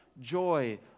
joy